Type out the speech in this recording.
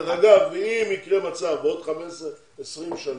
אגב, אם יהיה מצב עוד 15, 20 שנה,